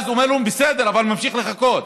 אומרים לו: בסדר, אבל הוא ממשיך לחכות.